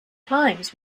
times